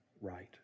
right